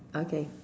okay